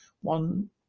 one